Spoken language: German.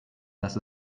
dass